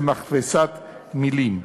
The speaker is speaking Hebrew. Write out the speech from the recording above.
זה מכבסת מילים.